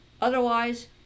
Otherwise